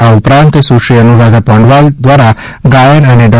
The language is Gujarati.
આ ઉપરાંત સુશ્રી અનુરાધા પૌડવાલ દ્વારા ગાયન અને ડૉ